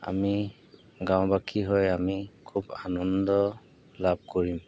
আমি গাঁওবাসী হৈ আমি খুব আনন্দ লাভ কৰিম